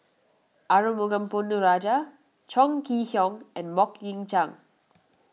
Arumugam Ponnu Rajah Chong Kee Hiong and Mok Ying Jang